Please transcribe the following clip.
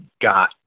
got